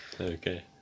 Okay